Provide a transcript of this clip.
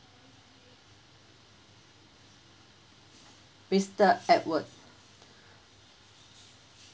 mister edward